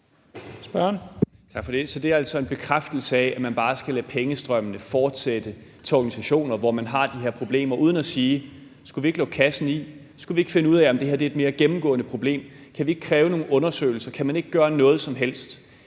(DF): Tak for det. Så det er altså en bekræftelse af, at man bare skal lade pengestrømmene fortsætte til organisationer, hvor man har de her problemer, uden at sige: Skulle vi ikke lukke kassen i? Skulle vi ikke finde ud af, om det her er et mere gennemgående problem? Kan vi ikke kræve nogle undersøgelser? Kan man ikke gøre noget som helst?